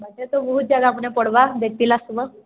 ବାଟେ ତ ବହୁତ ଜାଗାମାନେ ପଡ଼ବା ଦେଖ୍ଥିଲା ସେନ